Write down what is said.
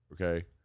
Okay